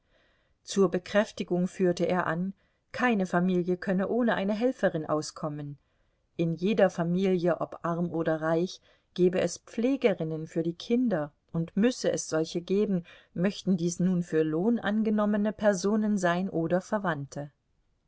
zur bekräftigung führte er an keine familie könne ohne eine helferin auskommen in jeder familie ob arm oder reich gebe es pflegerinnen für die kinder und müsse es solche geben möchten dies nun für lohn angenommene personen sein oder verwandte